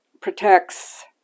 protects